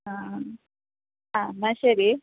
ആ എന്നാൽ ശരി